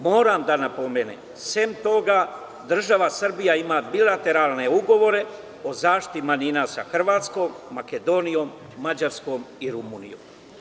Moram da napomenem, sem toga država Srbija ima bilateralne ugovore o zaštiti manjina sa Hrvatskom, Makedonijom, Mađarskom i Rumunijom.